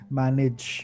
manage